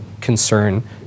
concern